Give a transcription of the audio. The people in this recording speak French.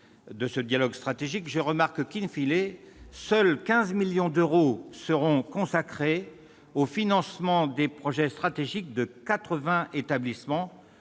de ce dialogue stratégique, je remarque que,, seuls 15 millions d'euros seront consacrés au financement des projets stratégiques de 80 établissements,